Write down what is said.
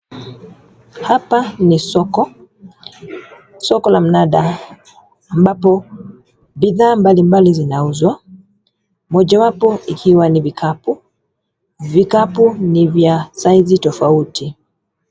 Hapa ni soko, soko la mnada, ambapo bidhaa mbalimbali zinauzwa, mojawapo ikiwa ni vikapu. Vikapu ni vya saizi tofauti.